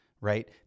right